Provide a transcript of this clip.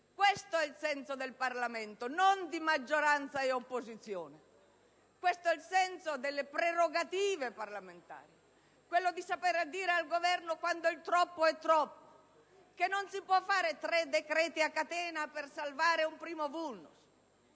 Questo è il senso del Parlamento, non della maggioranza o dell'opposizione. Questo è il senso delle prerogative parlamentari: saper dire al Governo, quando il troppo è troppo, che non si possono varare tre decreti a catena per salvare un primo *vulnus*.